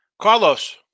Carlos